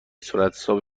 صورتحساب